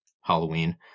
Halloween